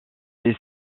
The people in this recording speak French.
les